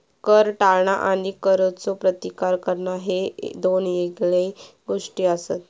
कर टाळणा आणि करचो प्रतिकार करणा ह्ये दोन येगळे गोष्टी आसत